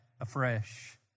afresh